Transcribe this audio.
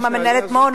היתה שם מנהלת מעון,